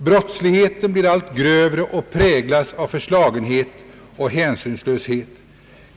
Brottsligheten blir allt grövre och präglas av förslagenhet och hänsynslöshet.